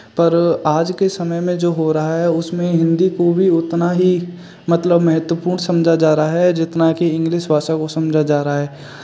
पर आज के समय में जो हो रहा है उसमें हिन्दी को भी उतना ही मतलब महत्वपूर्ण समझा जा रहा है जितना कि इंग्लिश भाषा को समझा जा रहा है